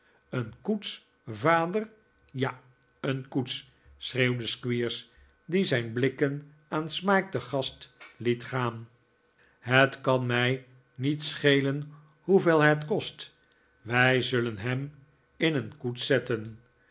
een koets vader ja een koets antwoordde squeers die zijn blikken aan smike te gast liet gaan het kan mij niet schelen hoeveel het kost wij zullen hem in een koets zetten